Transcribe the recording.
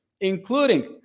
including